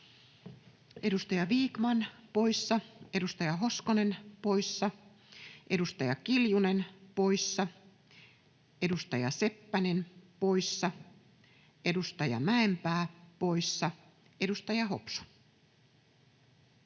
Edustaja Vikman poissa, edustaja Hoskonen poissa, edustaja Kiljunen poissa, edustaja Seppänen poissa, edustaja Mäenpää poissa. — Edustaja Hopsu.